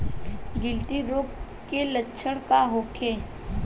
गिल्टी रोग के लक्षण का होखे?